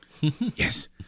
Yes